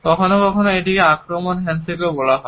কখনও কখনও এটিকে আক্রমণ হ্যান্ডশেকও বলা হয়